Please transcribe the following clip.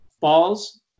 falls